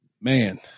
man